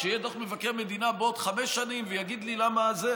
כשיהיה דוח מבקר מדינה בעוד חמש שנים ויגיד לי למה זה?